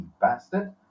bastard